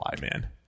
man